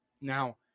Now